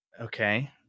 Okay